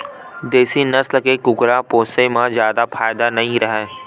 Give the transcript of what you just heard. देसी नसल के कुकरा पोसे म जादा फायदा नइ राहय